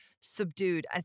subdued